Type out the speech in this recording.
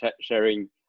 sharing